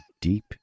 deep